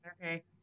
Okay